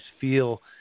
feel